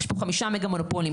יש פה חמישה מגה מונופולים,